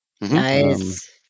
Nice